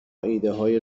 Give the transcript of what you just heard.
ایدههای